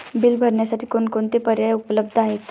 Bill भरण्यासाठी कोणकोणते पर्याय उपलब्ध आहेत?